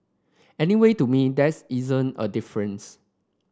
anyway to me there's isn't a difference